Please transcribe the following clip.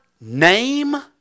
name